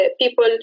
people